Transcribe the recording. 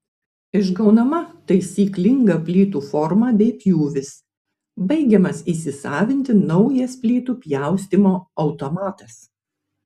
išgaunama taisyklinga plytų forma bei pjūvis baigiamas įsisavinti naujas plytų pjaustymo automatas